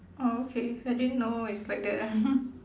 orh okay I didn't know it's like that ah